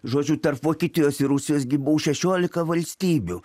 žodžiu tarp vokietijos ir rusijos gi buvo šešiolika valstybių